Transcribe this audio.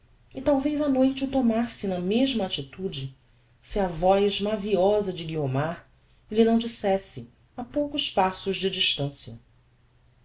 e talvez a noite o tomasse na mesma attitude se a voz maviosa de guiomar lhe não dissesse a poucos passos de distancia